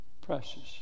precious